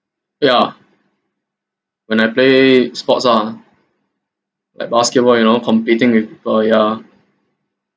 ya when I play sports ah like basketball you know competing with people ya